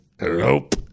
Nope